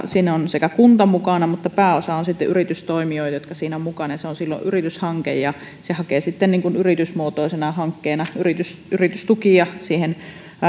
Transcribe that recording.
siinä on myös kunta mukana mutta pääosa on yritystoimijoita jotka siinä ovat mukana ja se on silloin yrityshanke se hakee sitten yritysmuotoisena hankkeena yritystukia yritystukia siihen